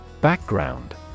Background